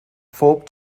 phob